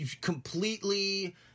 completely